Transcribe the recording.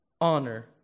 Honor